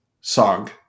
Song